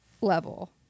level